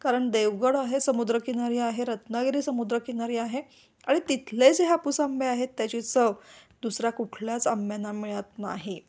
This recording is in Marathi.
कारण देवगड आहे समुद्रकिनारी आहे रत्नागिरी समुद्रकिनारी आहे आणि तिथले जे हापूस आंबे आहेत त्याची चव दुसऱ्या कुठल्याच आंब्यांना मिळत नाही